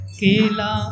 kela